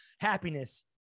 happiness